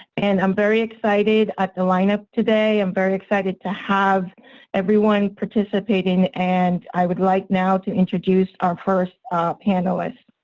and i'm very excited at the lineup today. i'm very excited to have everyone participating and i would like now to introduce our first panelist.